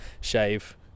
shave